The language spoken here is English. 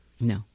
No